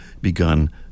begun